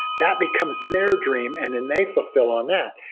that becomes their dream and then they fulfill on that.